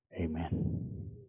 Amen